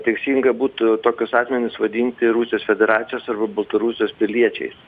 teisinga būtų tokius asmenis vadinti rusijos federacijos arba baltarusijos piliečiais